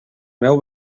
meu